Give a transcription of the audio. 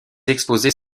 exposés